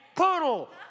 poodle